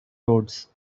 toads